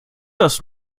das